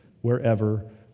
wherever